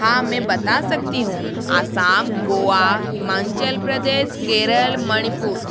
हाँ मैं बता सकती हूँ असम गोवा हिमाचल प्रदेश केरल मणिपुर